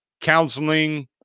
counseling